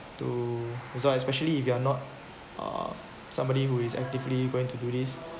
to also especially if you are not uh somebody who is actively going to do this